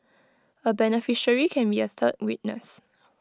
A beneficiary can be A third witness